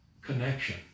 connection